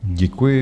Děkuji.